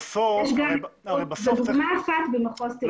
יש דוגמה אחת במחוז תל אביב.